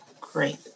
great